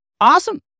Awesome